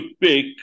pick